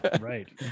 right